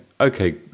okay